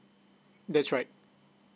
that's right